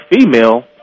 female